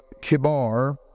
Kibar